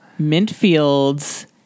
Mintfield's